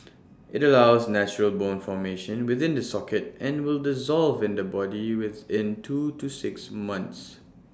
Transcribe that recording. IT allows natural bone formation within the socket and will dissolve in the body within two to six months